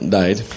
died